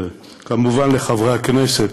כמובן לחברי הכנסת